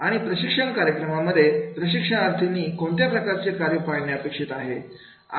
आणि प्रशिक्षण कार्यक्रमामध्ये प्रशिक्षणार्थींनी कोणत्या प्रकारचे कार्य पार पाडणे अपेक्षित आहे